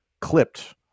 clipped